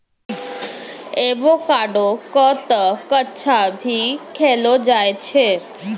avocado क तॅ कच्चा भी खैलो जाय छै